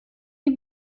die